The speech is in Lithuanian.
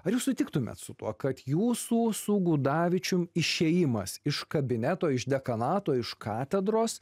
ar jūs sutiktumėt su tuo kad jūsų su gudavičium išėjimas iš kabineto iš dekanato iš katedros